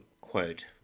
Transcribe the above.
quote